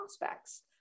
prospects